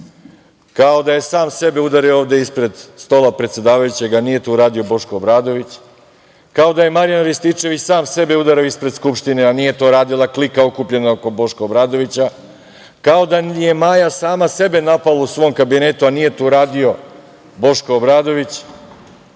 Kao da je sam sebe udario ovde ispred stola predsedavajućeg, a nije to uradio Boško Obradović. Kao da je Marijan Rističević sam sebe udarao ispred Skupštine, a nije to radila klika okupljena oko Boška Obradovića. Kao da je Maja sama sebe napala u svom kabinetu, a nije to uradio Boško Obradović.